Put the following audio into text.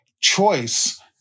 choice